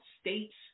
states